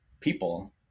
people